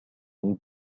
années